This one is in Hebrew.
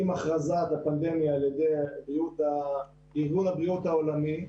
עם הכרזת הפנדמיה על ידי ארגון הבריאות העולמי,